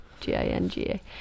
G-I-N-G-A